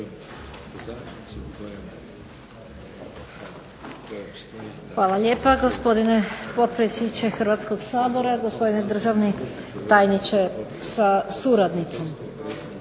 Hvala lijepa, gospodine potpredsjedniče Hrvatskoga sabora. Gospodine državni tajniče sa suradnicom.